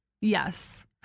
Yes